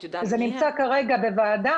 זה נמצא כרגע בוועדה.